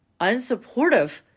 unsupportive